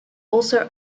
also